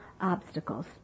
obstacles